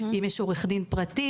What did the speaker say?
אם יש עורך דין פרטי,